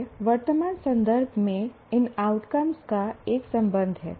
यह वर्तमान संदर्भ में इन आउटकम का एक संबंध है